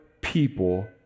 people